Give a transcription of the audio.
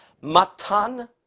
Matan